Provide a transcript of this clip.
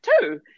two